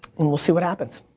and we'll see what happens.